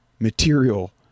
material